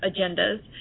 agendas